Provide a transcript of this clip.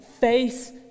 face